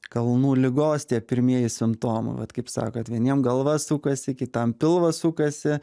kalnų ligos tie pirmieji simptomai vat kaip sakot vieniem galva sukasi kitam pilvas sukasi